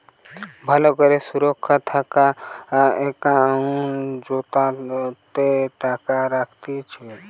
ভালো করে সুরক্ষা থাকা একাউন্ট জেতাতে টাকা রাখতিছে